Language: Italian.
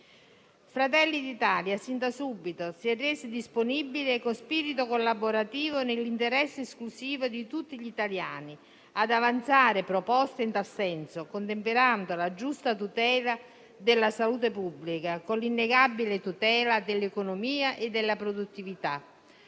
Fratelli d'Italia sin da subito si è resa disponibile, con spirito collaborativo e nell'interesse esclusivo di tutti gli italiani, ad avanzare proposte in tal senso, contemperando la giusta tutela della salute pubblica con l'innegabile tutela dell'economia e della produttività.